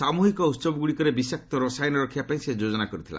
ସାମୁହିକ ଉତ୍ସବଗୁଡ଼ିକରେ ବିଷାକ୍ତ ରସାୟନ ରଖିବା ପାଇଁ ସେ ଯୋଜନା କରିଥିଲା